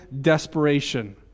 desperation